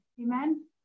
amen